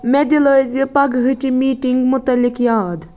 مےٚ دِلٲیزِ پگہٕچۍ میٖٹنٛگ مُتعلق یاد